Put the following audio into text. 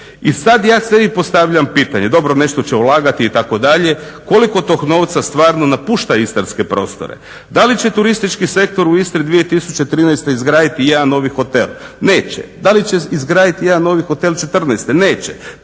i sada ja sebi postavljam pitanje, dobro nešto će ulagati itd., koliko tog novca stvarno napušta istarske prostore? Da li će turistički sektor u Istri 2013.izgraditi jedan novi hotel? Neće. Da li će izgraditi jedan novi hotel 2014.? Neće,